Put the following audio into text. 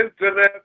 internet